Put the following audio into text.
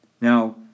Now